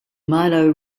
milo